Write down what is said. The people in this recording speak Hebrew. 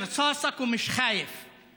חוזרת ולא אחזור בי,